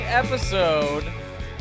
episode